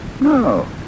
No